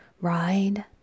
Ride